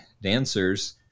dancers